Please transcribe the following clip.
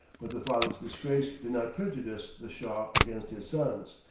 but the father's disgrace did not prejudice the shah against his sons,